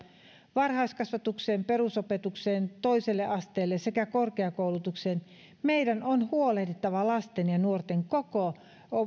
varhaiskasvatukseen perusopetukseen toiselle asteelle sekä korkeakoulutukseen meidän on huolehdittava lasten ja nuorten koko